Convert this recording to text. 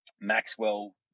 Maxwell